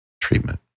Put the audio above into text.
treatment